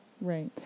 Right